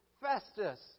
Festus